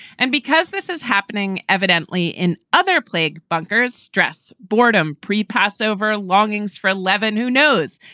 and because this is happening, evidently in other plague bunkers, stress, boredom, pre passover, longings for leaven, who knows?